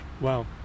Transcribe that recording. Wow